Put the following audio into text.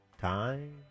Time